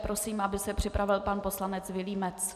Prosím, aby se připravil pan poslanec Vilímec.